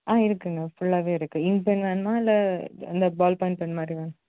ஆ இருக்குதுங்க ஃபுல்லாகவே இருக்குது இங்க் பென் வேணுமா இல்லை இந்த பால் பாயிண்ட் பென் மாதிரியா